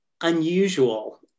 unusual